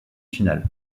finale